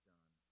done